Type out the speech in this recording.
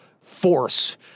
force